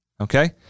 Okay